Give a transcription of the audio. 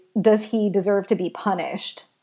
does-he-deserve-to-be-punished